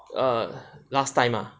err last time ah